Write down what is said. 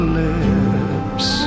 lips